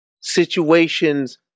situations